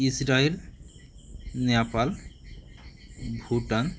Israel Nepal Bhutan